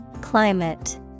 Climate